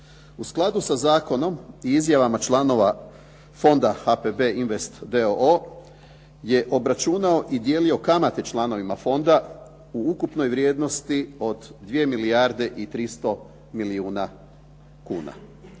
U skladu sa zakonom i izjavama članova fonda HPB invest d.o.o. je obračunao i dijelio kamate članovima fonda u ukupnoj vrijednosti od 2 milijarde i 300 milijuna kuna.